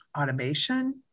automation